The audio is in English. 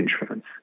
insurance